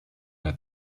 der